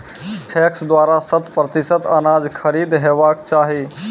PACS द्वारा शत प्रतिसत अनाज खरीद हेवाक चाही?